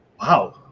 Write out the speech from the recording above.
wow